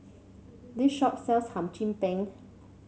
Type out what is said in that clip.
this shop sells Hum Chim Peng